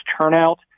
turnout